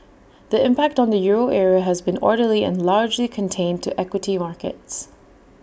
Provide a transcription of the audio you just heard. the impact on the euro area has been orderly and largely contained to equity markets